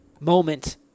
moment